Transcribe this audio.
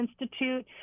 Institute